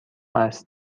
است